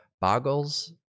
Boggles